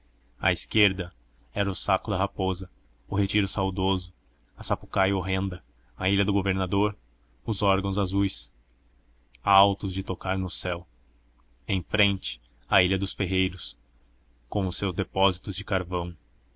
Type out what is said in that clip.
à esquerda era o saco da raposa o retiro saudoso a sapucaia horrenda a ilha do governador os órgãos azuis altos de tocar no céu em frente a ilha dos ferreiros com os seus depósitos de carvão